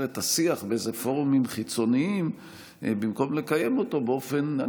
את השיח בפורומים חיצוניים במקום לקיים אותו באופן,